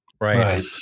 Right